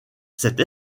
cette